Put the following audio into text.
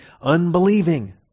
unbelieving